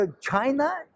China